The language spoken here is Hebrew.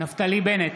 נפתלי בנט,